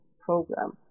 program